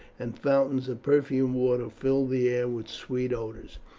and fountains of perfumed waters filled the air with sweet odours.